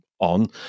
on